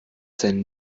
denn